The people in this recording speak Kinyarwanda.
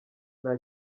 nta